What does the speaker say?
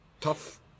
Tough